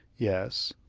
yes.